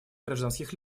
гражданских